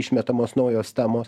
išmetamos naujos temos